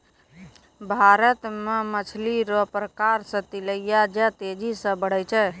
भारत मे मछली रो प्रकार मे तिलैया जे तेजी से बड़ै छै